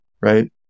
right